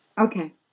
Okay